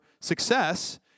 success